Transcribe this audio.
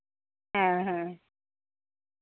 ᱦᱮᱸ ᱦᱮᱸ